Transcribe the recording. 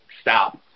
stop